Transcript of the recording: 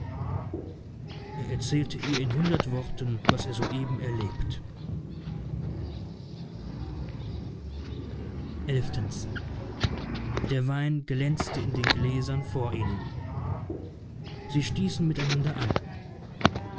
er erzählte ihr in hundert worten was er soeben erlebt xvi der wein glänzte in den gläsern vor ihnen sie stießen miteinander an